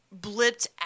blipped